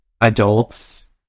adults